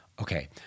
Okay